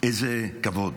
איזה כבוד.